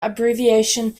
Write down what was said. abbreviation